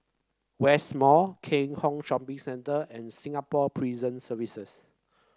West Mall Keat Hong Shopping Centre and Singapore Prison Service